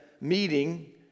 meeting